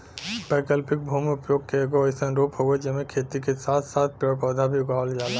वैकल्पिक भूमि उपयोग के एगो अइसन रूप हउवे जेमे खेती के साथ साथ पेड़ पौधा भी उगावल जाला